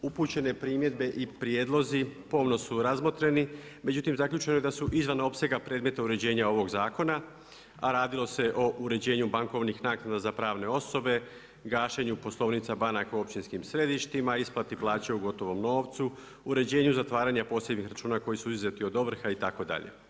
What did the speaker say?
Upućene primjedbe i prijedlozi pomno su razmotreni, međutim zaključeno je da su izvan opsega predmeta uređenja ovog zakona, a radilo se o uređenju bankovnih naknada za pravne osobe, gašenju poslovnica banaka u općinskim središtima, isplati plaća u gotovom novcu, uređenju zatvaranja posljednjeg računa koji su uzeti iz ovrha itd.